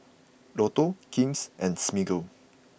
Lotto King's and Smiggle